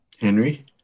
henry